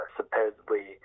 supposedly